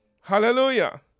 Hallelujah